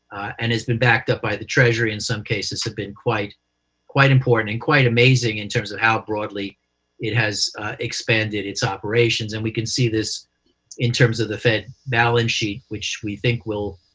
and has been backed up by the treasury in some cases, have been quite quite important and quite amazing in terms of how broadly it has expanded its operations. and we can see this in terms of the fed balance sheet, which we think will,